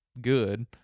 good